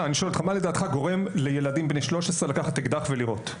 מה גורם לילדים בני 13 לקחת אקדח ולירות?